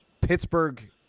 Pittsburgh